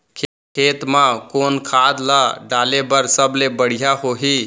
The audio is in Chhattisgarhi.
खेत म कोन खाद ला डाले बर सबले बढ़िया होही?